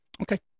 Okay